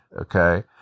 okay